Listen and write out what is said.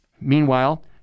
Meanwhile